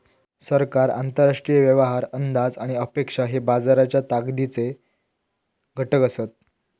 सरकार, आंतरराष्ट्रीय व्यवहार, अंदाज आणि अपेक्षा हे बाजाराच्या ताकदीचे घटक असत